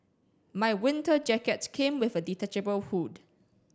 my winter jacket came with a detachable hood